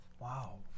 Wow